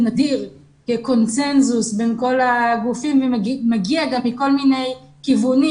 נדיר כקונצנזוס בין כל הגופים ומגיע גם מכל מיני כיוונים,